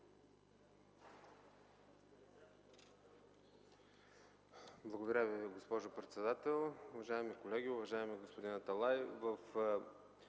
Благодаря Ви, госпожо председател. Уважаеми колеги! Уважаеми господин Аталай,